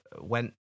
went